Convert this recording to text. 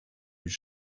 his